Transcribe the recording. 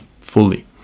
fully